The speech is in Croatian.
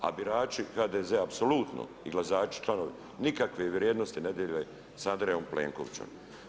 A birači HDZ-a apsolutno i glasači, članovi nikakve vrijednosti ne dijele sa Andrejom Plenkovićem.